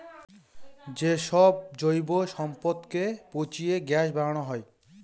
যে সব জৈব সম্পদকে পচিয়ে গ্যাস বানানো হয়